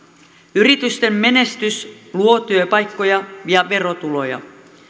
yritysten menestys luo työpaikkoja ja verotuloja